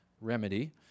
remedy